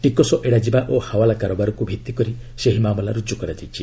ଟିକସ ଏଡାଯିବା ଓ ହାୱଲା କାରବାରକୁ ଭିତ୍ତିକରି ଏହି ମାମଲା ରୁଜୁ କରାଯାଇଛି